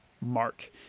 Mark